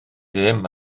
ddim